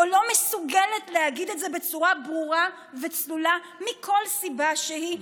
או לא מסוגלת להגיד את זה בצורה ברורה וצלולה מכל סיבה שהיא,